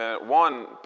One